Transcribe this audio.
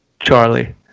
Charlie